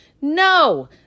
No